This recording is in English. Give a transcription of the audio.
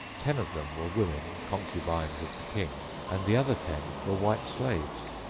ten of them were women, concubines of the king, and the other ten were white slaves.